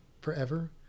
forever